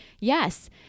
yes